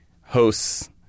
hosts